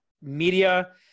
media